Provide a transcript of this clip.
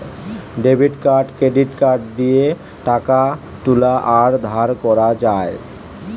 debit card credit card দিয়ে টাকা তুলা আর ধার করা যায়